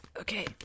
Okay